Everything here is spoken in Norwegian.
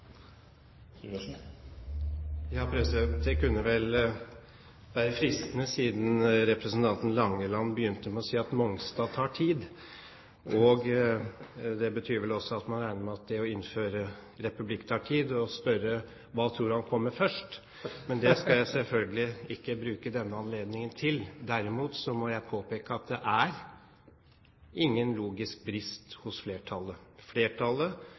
det forslaget han refererte til. Det blir replikkordskifte. Det kunne være fristende – siden representanten Langeland begynte med å si at rensing på Mongstad tar tid – å si at man også regner med at det å innføre republikk tar tid, og spørre: Hva tror han kommer først? Men det skal jeg selvfølgelig ikke bruke denne anledningen til. Derimot må jeg påpeke at det er ingen logisk brist